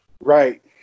Right